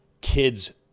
kids